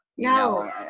No